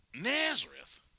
Nazareth